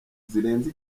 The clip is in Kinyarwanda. zirenze